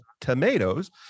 tomatoes